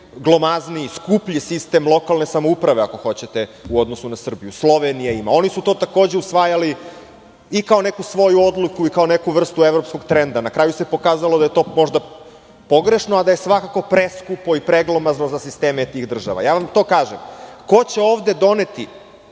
glomazniji sistem lokalne samouprave ako hoćete u odnosu na Srbiju. Slovenija isto ima. Oni su to takođe usvajali i kao neku svoju odluku i kao neku vrstu evropskog trenda. Na kraju se pokazalo da je to možda pogrešno, a da je svakako preskupo i preglomazno za sisteme tih država. To vam kažem, ko će ovde doneti